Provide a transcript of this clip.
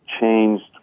changed